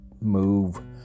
move